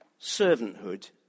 servanthood